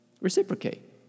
reciprocate